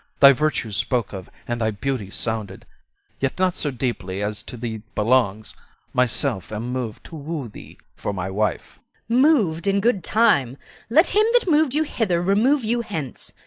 thy virtues spoke of, and thy beauty sounded yet not so deeply as to thee belongs myself am mov'd to woo thee for my wife mov'd! in good time let him that mov'd you hither remove you hence.